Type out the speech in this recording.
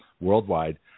worldwide